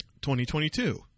2022